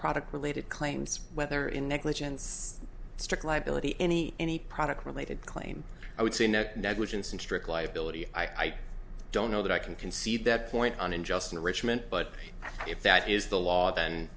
product related claims whether in negligence strict liability any any product related claim i would say no negligence and strict liability i don't know that i can concede that point on unjust enrichment but if that is the law then